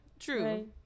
True